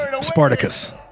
Spartacus